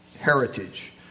heritage